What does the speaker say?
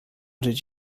did